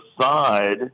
side